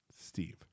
Steve